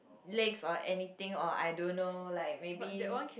legs or anything or I don't know like maybe